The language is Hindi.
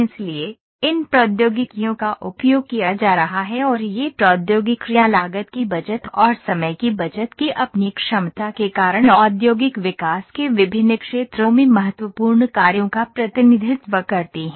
इसलिए इन प्रौद्योगिकियों का उपयोग किया जा रहा है और ये प्रौद्योगिकियां लागत की बचत और समय की बचत की अपनी क्षमता के कारण औद्योगिक विकास के विभिन्न क्षेत्रों में महत्वपूर्ण कार्यों का प्रतिनिधित्व करती हैं